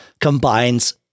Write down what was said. combines